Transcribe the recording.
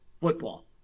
football